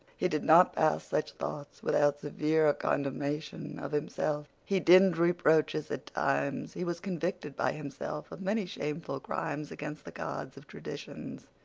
he did not pass such thoughts without severe condemnation of himself. he dinned reproaches at times. he was convicted by himself of many shameful crimes against the gods of traditions.